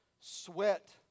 sweat